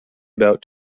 about